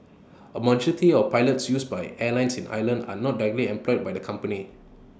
A majority of pilots used by airline in Ireland are not directly employed by the company